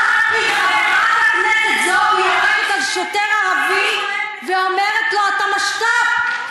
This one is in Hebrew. חברת הכנסת זועבי יורקת על שוטר ערבי ואומרת לו: אתה משת"פ.